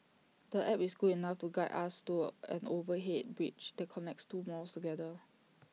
the app is good enough to guide us to an overhead bridge that connects two malls together